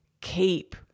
keep